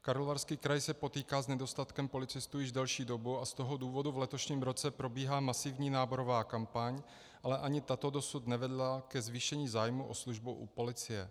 Karlovarský kraj se potýká s nedostatkem policistů již delší dobu, z toho důvodu v letošním roce probíhá masivní náborová kampaň, ale ani tato dosud nevedla ke zvýšení zájmu o službu u policie.